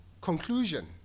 conclusion